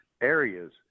areas